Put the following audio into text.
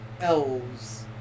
elves